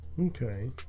Okay